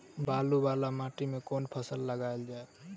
बालू वला माटि मे केँ फसल लगाएल जाए?